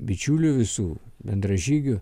bičiulių visų bendražygių